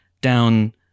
down